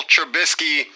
Trubisky